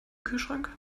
kühlschrank